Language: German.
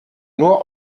nur